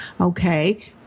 okay